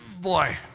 boy